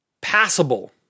passable